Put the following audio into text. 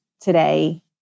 today